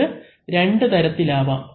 ഇത് രണ്ട് തരത്തിൽ ആവാം